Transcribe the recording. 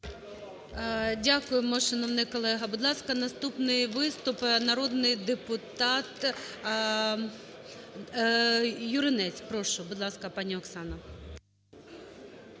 Дякуємо, шановний колего. Будь ласка, наступний виступ - народний депутат Юринець. Прошу. Будь ласка, пані Оксано.